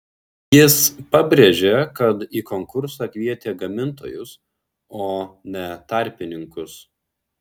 jis pabrėžė kad į konkursą kvietė gamintojus o ne tarpininkus